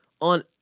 on